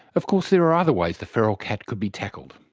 of course, there are other ways the feral cat could be tackled.